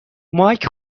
مایک